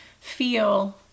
feel